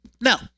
Now